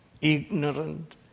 ignorant